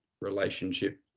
relationship